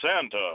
Santa